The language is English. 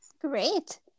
Great